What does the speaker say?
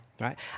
right